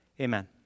Amen